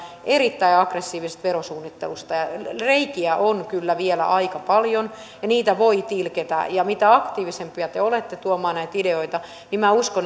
erittäin aggressiivisesta verosuunnittelusta ja reikiä on kyllä vielä aika paljon ja niitä voi tilkitä minä uskon että mitä aktiivisempia te olette tuomaan näitä ideoita niin